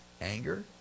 Anger